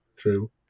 true